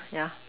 ya